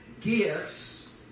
gifts